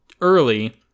early